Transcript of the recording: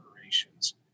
operations